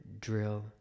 drill